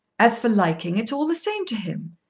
as for liking, it's all the same to him.